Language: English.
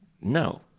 no